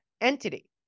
entity